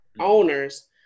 owners